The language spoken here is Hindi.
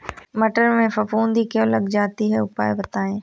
मटर में फफूंदी क्यो लग जाती है उपाय बताएं?